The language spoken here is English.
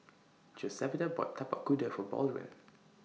Josefita bought Tapak Kuda For Baldwin